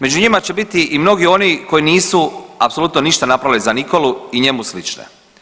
Među njima će biti i mnogi oni koji nisu apsolutno ništa napravili za Nikolu i njemu slične.